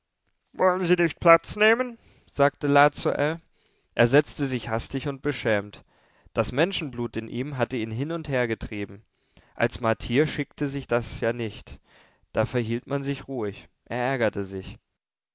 wollen sie nicht platz nehmen sagte la zu ell er setzte sich hastig und beschämt das menschenblut in ihm hatte ihn hin und hergetrieben als martier schickte sich das ja nicht da verhielt man sich ruhig er ärgerte sich